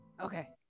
Okay